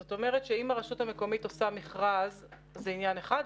זאת אומרת שאם הרשות המקומית עושה מכרז - זה עניין אחד,